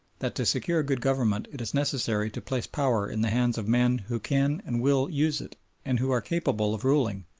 that to secure good government it is necessary to place power in the hands of men who can and will use it and who are capable of ruling,